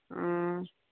ꯎꯝ